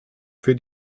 für